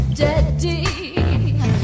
daddy